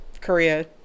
korea